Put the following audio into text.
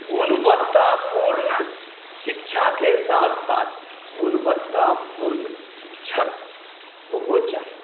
गुणवत्तापूर्ण शिक्षाके साथ साथ गुणवत्तापूर्ण शिक्षक ओहो चाही